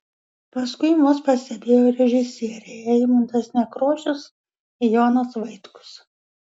paskui mus pastebėjo režisieriai eimuntas nekrošius jonas vaitkus